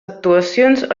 actuacions